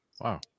Wow